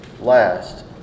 last